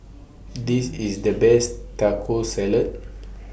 This IS The Best Taco Salad